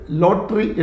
lottery